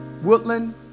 Woodland